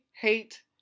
hate